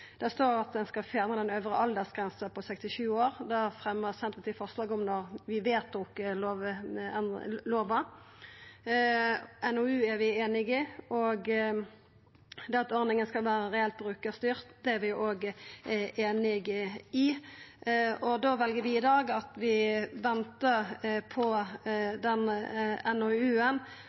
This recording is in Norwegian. står at ein skal fjerna den øvre aldersgrensa på 67 år. Det fremja Senterpartiet forslag om da vi vedtok lova. NOU er vi einige i. Det at ordninga skal vera reelt brukarstyrt, er vi òg einig i. Vi vel i dag å venta på den